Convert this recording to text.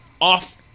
off